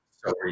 sorry